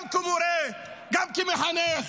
גם כמורה, גם כמחנך.